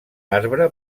arbre